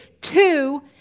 Two